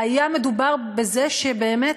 והיה מדובר בזה שבאמת